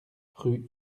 rue